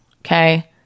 okay